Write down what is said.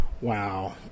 Wow